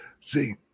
See